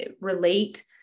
relate